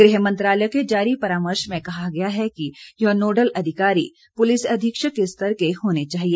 गृह मंत्रालय के जारी परामर्श में कहा गया है कि यह नोडल अधिकारी पुलिस अधीक्षक के स्तर के होने चाहिए